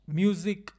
music